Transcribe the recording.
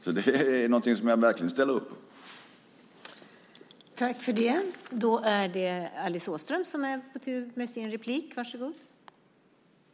Så det är någonting som jag verkligen ställer mig bakom.